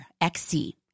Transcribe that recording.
XC